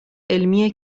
علمی